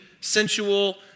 sensual